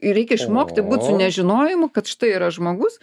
reikia išmokti būti su nežinojimu kad štai yra žmogus